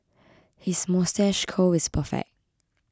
his moustache curl is perfect